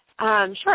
Sure